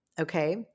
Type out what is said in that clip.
okay